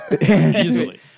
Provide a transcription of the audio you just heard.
easily